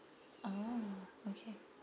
oh okay